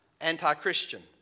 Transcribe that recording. anti-Christian